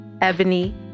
Ebony